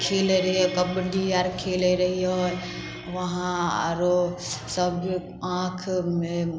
खेलै रहिए कबड्डी आर खेलै रहिए वहाँ आरो सब आँख